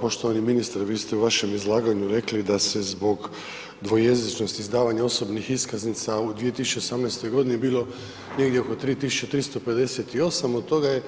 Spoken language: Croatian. Poštovani ministre, vi ste u vašem izlaganju rekli da se zbog dvojezičnosti izdavanja osobnih iskaznica u 2018. g. bilo negdje oko 3 358, od toga je